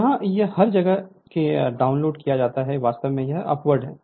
यहाँ हर जगह जहां भी डाउनलोड दिया गया है वास्तव में वह अपवर्ड है